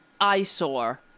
eyesore